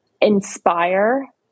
inspire